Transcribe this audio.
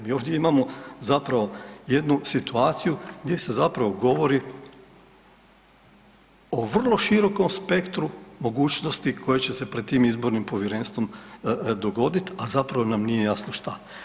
Mi ovdje imamo zapravo jednu situaciju gdje se zapravo govori o vrlo širokom spektru mogućnosti koje će se pred tim izbornim povjerenstvom dogodit, a zapravo nam nije jasno šta.